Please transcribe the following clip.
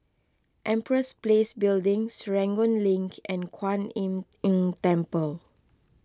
Empress Place Building Serangoon Link and Kwan Im Tng Temple